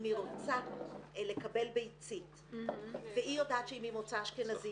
אם היא רוצה לקבל ביצית והיא יודעת שהיא ממוצא אשכנזי